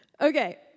Okay